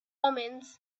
omens